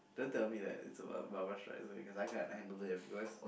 don't tell me that it's about Barbra-Streisand Again I can't handle it because